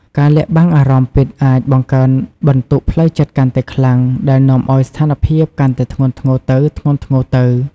ការលាក់បាំងអារម្មណ៍ពិតអាចបង្កើនបន្ទុកផ្លូវចិត្តកាន់តែខ្លាំងដែលនាំឱ្យស្ថានភាពកាន់តែធ្ងន់ធ្ងរទៅៗ។